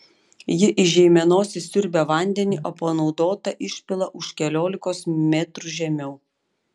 ji iš žeimenos įsiurbia vandenį o panaudotą išpila už keliolikos metrų žemiau